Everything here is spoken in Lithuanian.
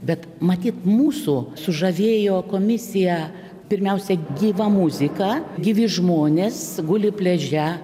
bet matyt mūsų sužavėjo komisiją pirmiausia gyva muzika gyvi žmonės guli pliaže